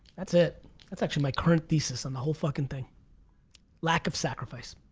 that's it that's actually my current thesis on the whole fucking thing lack of sacrifice,